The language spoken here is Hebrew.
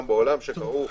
גם בעולם שקרו,